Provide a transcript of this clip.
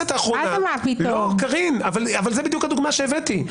זאת בדיוק הדוגמה שהבאתי.